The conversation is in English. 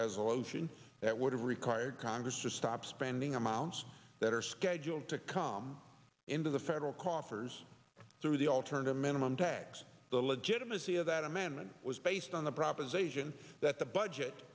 resolution that would have required congress to stop spending amounts that are scheduled to come into the federal coffers through the alternative minimum tax the legitimacy of that amendment was based on the proposition that the budget